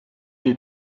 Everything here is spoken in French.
des